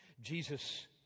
Jesus